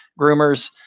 groomers